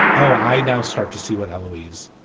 oh, i now start to see what halloween is,